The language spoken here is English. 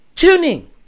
Tuning